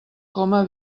coma